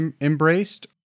embraced